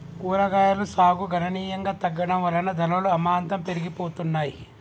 కూరగాయలు సాగు గణనీయంగా తగ్గడం వలన ధరలు అమాంతం పెరిగిపోతున్నాయి